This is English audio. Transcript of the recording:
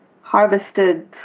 harvested